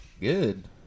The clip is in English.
good